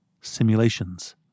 simulations